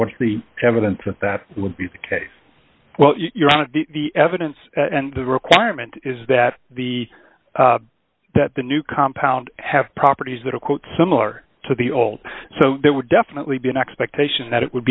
what's the evidence that that would be the case well you're out of the evidence and the requirement is that the that the new compound have properties that are quite similar to the old so that would definitely be an expectation that it would